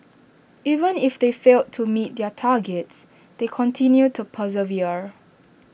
even if they failed to meet their targets they continue to persevere